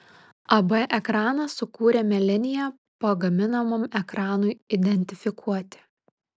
ab ekranas sukūrėme liniją pagaminamam ekranui identifikuoti